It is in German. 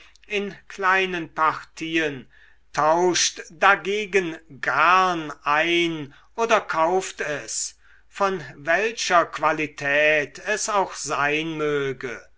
in kleinen partien tauscht dagegen garn ein oder kauft es von welcher qualität es auch sein möge